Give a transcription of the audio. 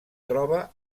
troba